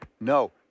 No